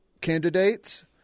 candidates